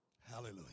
Hallelujah